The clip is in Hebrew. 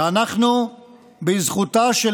ובזכותה של